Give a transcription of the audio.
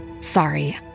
Sorry